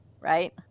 right